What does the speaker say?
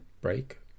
break